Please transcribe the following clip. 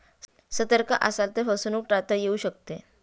सतर्क असाल तर फसवणूक टाळता येऊ शकते